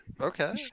okay